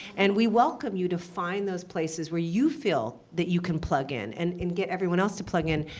and we welcome you to find those places where you feel that you can plug in and and get everyone else to plug in.